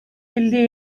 elli